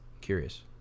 curious